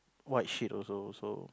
white sheet also so